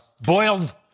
boiled